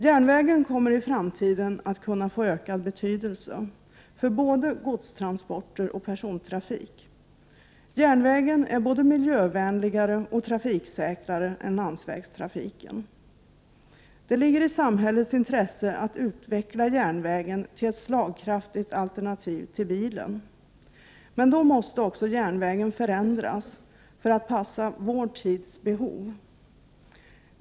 Järnvägen kommer i framtiden att kunna få ökad betydelse för både godstransporter och persontrafik. Järnvägen är både miljövänligare och trafiksäkrare än landsvägstrafiken. Det ligger i samhällets intresse att utveckla järnvägen till ett slagkraftigt alternativ till bilen. Men då måste järnvägen förändras för att passa vår tids behov.